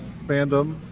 fandom